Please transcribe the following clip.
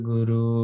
Guru